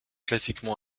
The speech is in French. classiquement